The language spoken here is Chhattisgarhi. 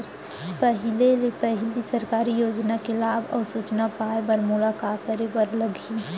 पहिले ले पहिली सरकारी योजना के लाभ अऊ सूचना पाए बर मोला का करे बर लागही?